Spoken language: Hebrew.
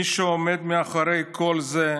מי שעומד מאחורי כל זה,